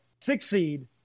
succeed